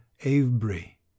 avebury